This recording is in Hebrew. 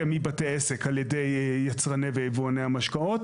מבתי עסק על ידי יצרני ויבואני המשקאות.